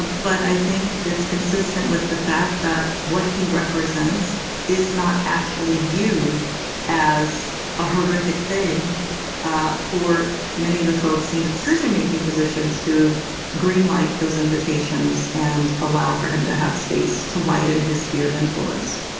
but i think it's consistent with the fact that what he represents is not actually viewed as a horrific thing ah for many of the folks in the decision making positions who greenlight those invitations and allow for him to have space to widen his sphere of influence.